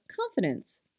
confidence